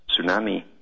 tsunami